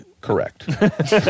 Correct